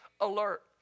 alert